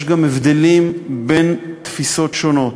יש גם הבדלים בין תפיסות שונות,